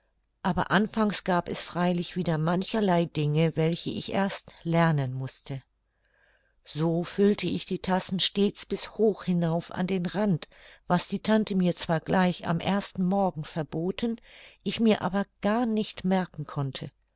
aber anfangs gab es freilich wieder mancherlei dinge welche ich erst lernen mußte so füllte ich die tassen stets bis hoch hinauf an den rand was die tante mir zwar gleich am ersten morgen verboten ich mir aber gar nicht merken konnte